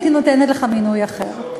הייתי נותנת לך מינוי אחר.